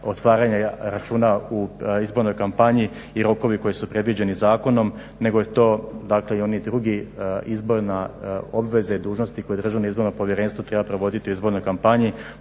otvaranje računa u izbornoj kompaniji i rokovi koji su predviđeni zakonom, nego je to dakle i oni drugi izborne obveze i dužnosti koje Državno izborno povjerenstvo treba provoditi u izbornoj kompaniji.